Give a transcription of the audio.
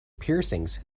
piercings